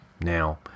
Now